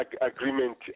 agreement